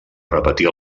repetir